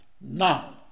now